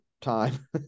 time